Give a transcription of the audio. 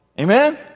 amen